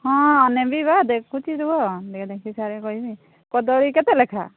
ହଁ ନେବି ପା ଦେଖିଛୁ ରୁହ ଟିକେ ଦେଖିସାରେ କହିବି କଦଳୀ କେତେ ଲେଖା